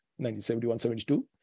1971-72